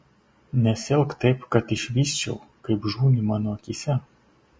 nesielk taip kad išvysčiau kaip žūni mano akyse